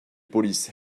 polices